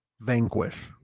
vanquish